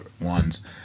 ones